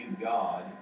God